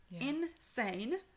insane